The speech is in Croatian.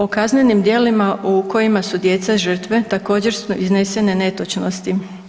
O kaznenim djelima u kojima su djeca žrtve također su iznesene netočnosti.